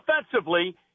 offensively